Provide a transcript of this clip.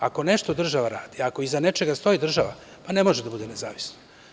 Ako nešto država radi, ako iza nečega stoji država, pa ne može da bude nezavisno.